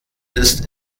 ist